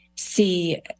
see